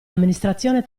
amministrazione